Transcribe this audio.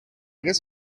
guess